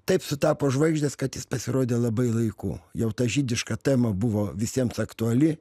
taip sutapo žvaigždės kad jis pasirodė labai laiku jau ta žydiška tema buvo visiems aktuali